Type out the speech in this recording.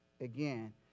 again